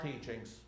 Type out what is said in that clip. teachings